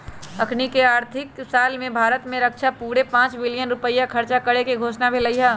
अखनीके आर्थिक साल में भारत में रक्षा पर पूरे पांच बिलियन रुपइया खर्चा करेके घोषणा भेल हई